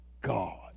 God